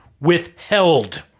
withheld